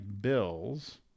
bills